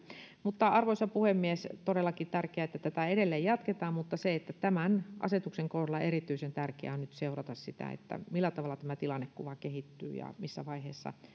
arvoisa puhemies on todellakin tärkeää että tätä edelleen jatketaan mutta tämän asetuksen kohdalla erityisen tärkeää on nyt seurata sitä millä tavalla tämä tilannekuva kehittyy ja missä vaiheessa